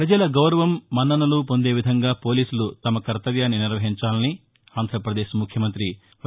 ప్రపజల గౌరవం మన్నసలు పొందే విధంగా పోలీసులు తమ కర్తవ్యాన్ని నిర్వహించాలని ఆంధ్రప్రదేశ్ ముఖ్యమంత్రి వై